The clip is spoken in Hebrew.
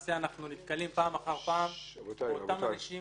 ולמעשה אנחנו נתקלים פעם אחר פעם באותם אנשים